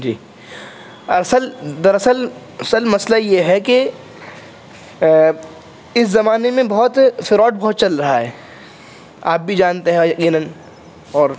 جی اصل در اصل سر مسئلہ یہ ہے کہ اس زمانے میں بہت فراڈ بہت چل رہا ہے آپ بھی جانتے ہیں یقیناً اور